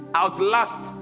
outlast